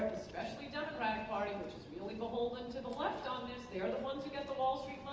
especially democratic party which is really beholden to the left on this. they're the ones who get the wall street